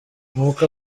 nkuko